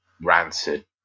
rancid